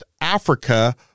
Africa